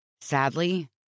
sadly